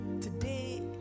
Today